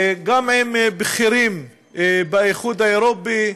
גם עם בכירים באיחוד האירופי,